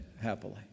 happily